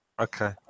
Okay